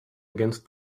against